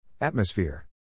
Atmosphere